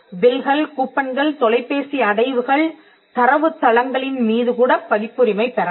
பில்கள் கூப்பன்கள் தொலைபேசி அடைவுகள் தரவுத் தளங்களின் மீது கூடப் பதிப்புரிமை பெறலாம்